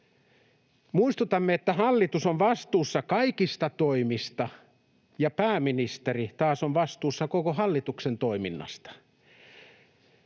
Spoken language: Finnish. Muistutamme, että hallitus on vastuussa kaikista toimista ja pääministeri taas on vastuussa koko hallituksen toiminnasta.